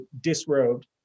disrobed